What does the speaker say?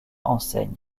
enseigne